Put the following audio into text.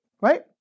right